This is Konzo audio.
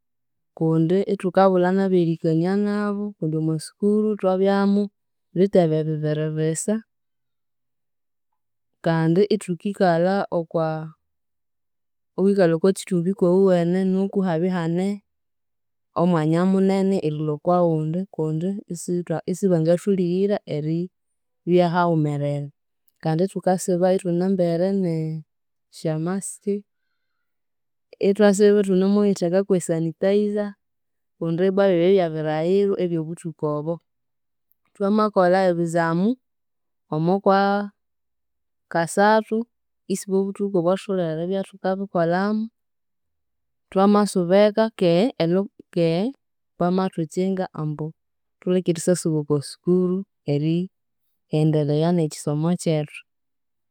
Kundi ithukabulha n'aberikania n'abo kundi omwa school thwabyamu bitebe bibiri bisa, kandi ithukikalha okwaa iwikalha okwakithumbi kw'owuwene nuku ihabya ihane omwanya munene erilhwa okwa ghundi kundi isithwa isibangathulighira eri- bya haghumerera, kandi ithukasiba ithunambere n'esya mask, ithwasiba ithunemuyitheka kw'e sanitizer, kundi ibbwa by'ebyabya bilhaghiro eby'obuthuku obwo, thwamakolha ebizamu omo kwaa kasathu isibw\obuthuku obwathutholhere eribya ithukabikolhamu, thwamasuba eka, kei, elok, kei, bamathukinga ambu thulikesyasasuba okwa school erighendelheya n'ekisoma kyethu.